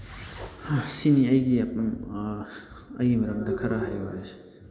ꯁꯤꯅꯤ ꯑꯩꯒꯤ ꯑꯩꯒꯤ ꯃꯔꯝꯗ ꯈꯔ ꯍꯥꯏꯌꯨ ꯍꯥꯏꯁꯦ